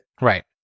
Right